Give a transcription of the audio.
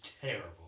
terrible